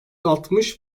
altmış